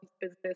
Business